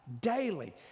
Daily